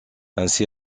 ainsi